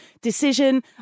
decision